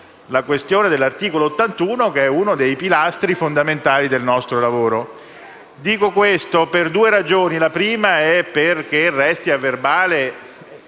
dall'articolo 81 della Costituzione, che è uno dei pilastri fondamentali del nostro lavoro. Dico questo per due ragioni. La prima è perché resti a verbale